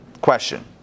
question